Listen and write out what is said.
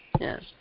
Yes